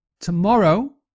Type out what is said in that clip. tomorrow